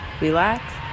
relax